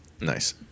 nice